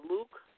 Luke